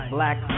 Black